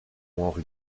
henri